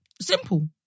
simple